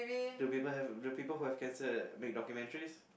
do people have do who have cancer make documentaries